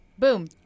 Boom